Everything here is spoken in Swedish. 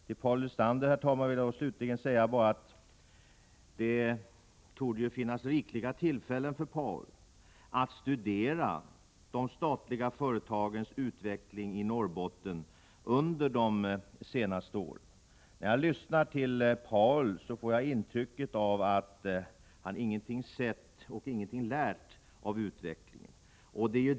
Till Paul Lestander vill jag, herr talman, slutligen bara säga att det torde finnas rikliga tillfällen för honom att studera de statliga företagens utveckling i Norrbotten under de senaste åren. När jag lyssnar till Paul Lestander får jag intrycket att han ingenting sett och ingenting lärt av vad som har hänt.